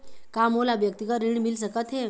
का मोला व्यक्तिगत ऋण मिल सकत हे?